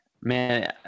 Man